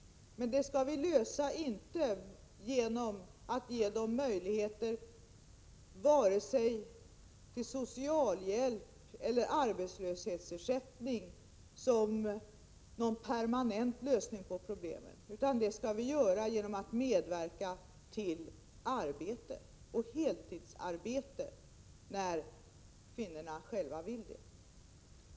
Men det är inte genom att ge dem möjligheter till vare sig socialhjälp eller arbetslöshetsersättning som vi skall åstadkomma en permanent lösning av det problemet, utan det skall vi göra genom att medverka till arbete — heltidsarbete, när kvinnorna själva vill det.